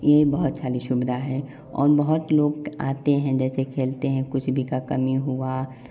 ये बहुत सारी सुविधा है बहुत लोग आते है जैसे खेलते है कुछ भी का कमी हुआ